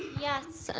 yes.